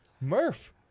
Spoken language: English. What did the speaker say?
Murph